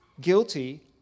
guilty